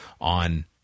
on